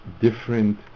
different